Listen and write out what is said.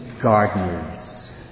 Gardeners